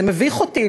מביך אותי,